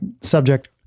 subject